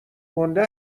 گنده